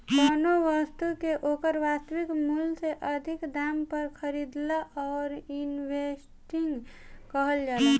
कौनो बस्तु के ओकर वास्तविक मूल से अधिक दाम पर खरीदला ओवर इन्वेस्टिंग कहल जाला